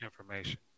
information